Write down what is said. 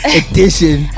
edition